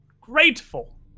grateful